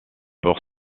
pour